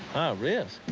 risk?